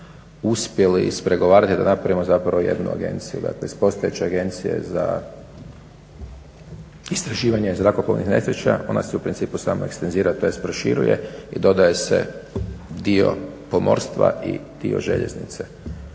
uspjeli ispregovarati da napravimo zapravo jednu agenciju. Dakle, iz postojeće Agencije za istraživanje zrakoplovnih nesreća ona se u principu samo ekstenzira tj. proširuje i dodaje se dio pomorstva i dio željeznice.